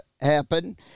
happen